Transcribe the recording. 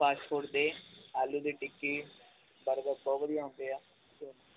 fast food ਦੇ ਆਲੂ ਦੀ ਟਿੱਕੀ ਬਰਗਰ ਬਹੁਤ ਵਧੀਆ ਹੁੰਦੇ ਆ